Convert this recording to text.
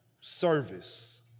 service